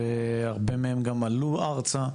והרבה מהם גם עלו ארצה,